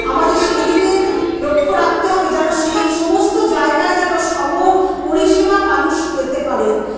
আমাদের সেই দিকে লক্ষ্য রাখতে হবে যেন সেই সমস্ত জায়গায় যেন সম পরিষেবা মানুষ পেতে পারে